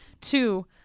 Two